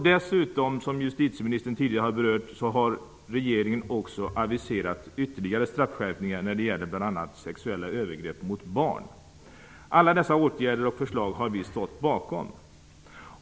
Dessutom har regeringen också aviserat ytterligare straffskärpningar när det gäller bl.a. sexuella övergrepp mot barn, som justitieministern tidigare har berört. Alla dessa åtgärder och förslag har vi stått bakom.